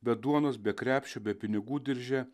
be duonos be krepšio be pinigų dirže